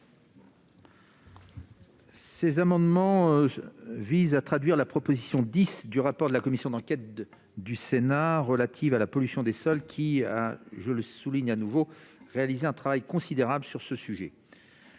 Ces amendements visent à traduire la proposition n° 10 du rapport de la commission d'enquête du Sénat relative à la pollution des sols, qui a- je tiens à le souligner de nouveau -réalisé un travail considérable sur ce sujet.